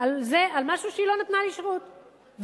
על משהו שהיא לא נתנה לי שירות בו.